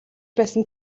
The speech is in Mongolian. байсан